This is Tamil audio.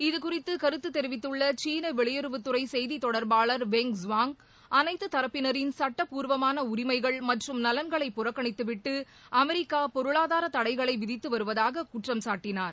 இதுகுறித்து கருத்து தெரிவித்துள்ள சீன வெளியுறவுத்துறை செய்தித் தொடர்பாளர் ஜெங் சுவாங் அளைத்து தரப்பினரின் சட்டப் பூர்வமான உரிமைகள் மற்றும் நலன்களை புறக்கணித்து விட்டு அமெரிக்கா பொருளாதார தடைகளை விதித்து வருவதாக குற்றம் சாட்டினார்